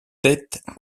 tête